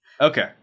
Okay